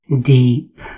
Deep